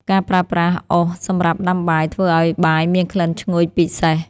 ការប្រើប្រាស់អុសសម្រាប់ដាំបាយ ធ្វើឱ្យបាយមានក្លិនឈ្ងុយពិសេស។